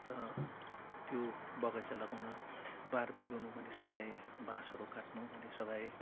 र त्यो बगैँचा लगाउन बारबेर गर्नु मैले सघाएँ बाँसहरू काट्नु मैले सघाएँ